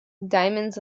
diamonds